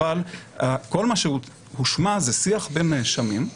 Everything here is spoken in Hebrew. אבל כל מה שהושמע זה שיח בין נאשמים.